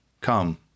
Come